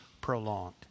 prolonged